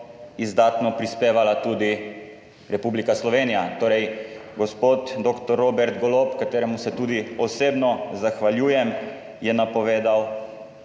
izdatno prispevala tudi Republika Slovenija, torej gospod dr. Robert Golob, kateremu se tudi osebno zahvaljujem, je napovedal